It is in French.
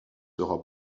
sera